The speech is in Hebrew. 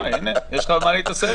הינה, יש לך במה להתעסק.